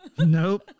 Nope